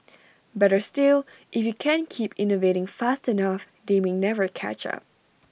better still if you can keep innovating fast enough they may never catch up